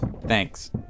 Thanks